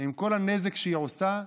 עם כל הנזק שהיא עושה,